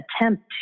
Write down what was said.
attempt